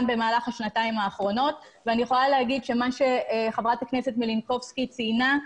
במהלך השנתיים האחרונות ואני יכולה לומר שמה שחברת הכנסת מלינובסקי ציינה,